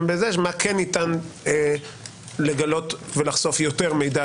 מה כן ניתן לגלות ולחשוף יותר מידע,